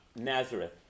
Nazareth